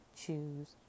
choose